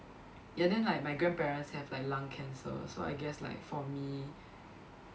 ya then like my grandparents have like lung cancer so I guess like for me